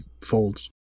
folds